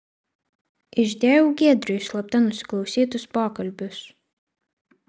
išdėjau giedriui slapta nusiklausytus pokalbius